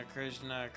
Krishna